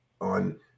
on